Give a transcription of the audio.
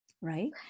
right